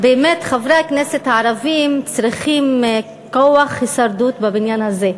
באמת חברי הכנסת הערבים צריכים כוח הישרדות בבניין הזה,